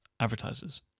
advertisers